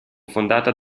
fondata